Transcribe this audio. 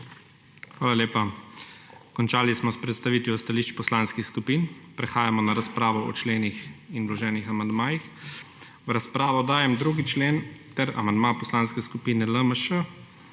Hvala lepa. Končali smo s predstavitvijo stališč poslanskih skupin. Prehajamo na razpravo o členih in vloženih amandmajih. V razpravo dajem 2. člen ter amandma Poslanske skupine LMŠ,